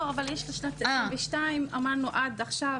לא, אבל יש לשנת 2022. אמרנו עד עכשיו.